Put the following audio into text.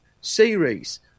series